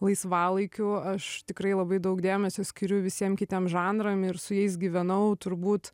laisvalaikiu aš tikrai labai daug dėmesio skiriu visiem kitiem žanram ir su jais gyvenau turbūt